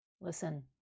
Listen